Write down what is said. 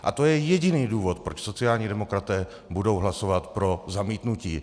A to je jediný důvod, proč sociální demokraté budou hlasovat pro zamítnutí.